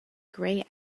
grey